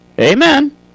Amen